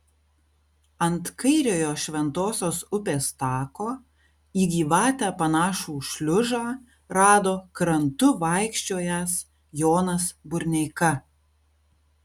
ant kairiojo šventosios upės tako į gyvatę panašų šliužą rado krantu vaikščiojęs jonas burneika